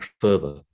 further